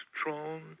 strong